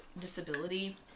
disability